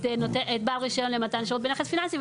את בעל רישיון למתן שירות בנכס פיננסי,